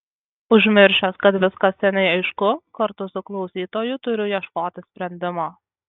užmiršęs kad viskas seniai aišku kartu su klausytoju turiu ieškoti sprendimo